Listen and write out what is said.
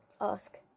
Ask